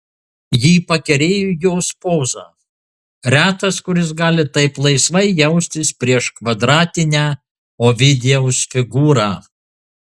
jį pakerėjo jos poza retas kuris gali taip laisvai jaustis prieš kvadratinę ovidijaus figūrą